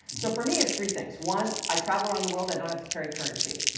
so for me it's three things. one, i travel around the world, i don't have to carry currency.